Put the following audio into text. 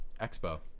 Expo